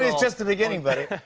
just just the beginning, buddy.